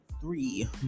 three